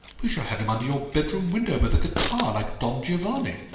we shall have him under your bedroom window with a guitar like don giovanni.